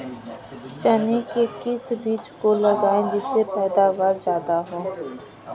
चने के किस बीज को लगाएँ जिससे पैदावार ज्यादा हो?